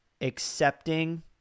accepting